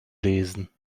lesen